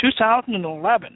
2011